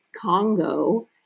congo